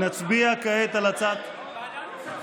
ועדת הכספים.